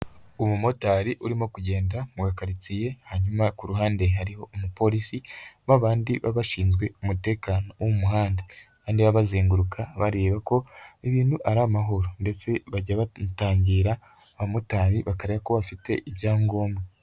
Umumotari urimo kugenda mu gakaritsiye, hanyuma ku ruhande hariho umupolisi babandi b'abashinzwe umutekano wo mu muhanda, bazenguruka bareba ko ibintu ari amahoro, ndetse bajya batangira abamotari bakareba ko bafite ibyangombwa.